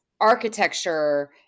architecture